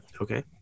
Okay